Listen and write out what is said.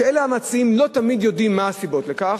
שהמציעים לא תמיד יודעים מה הסיבות לכך,